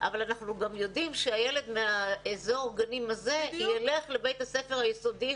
אבל אנחנו גם יודעים שילד מאזור הגנים הזה ילך לבית ספר יסודי